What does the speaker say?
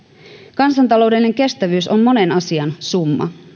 kansantaloudellinen kestävyys on monen asian summa